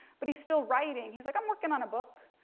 but he's still writing. he's like i'm working on a book.